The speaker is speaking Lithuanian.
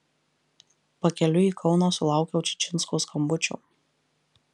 pakeliui į kauną sulaukiau čičinsko skambučio